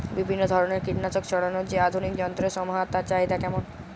বিভিন্ন ধরনের কীটনাশক ছড়ানোর যে আধুনিক যন্ত্রের সমাহার তার চাহিদা কেমন?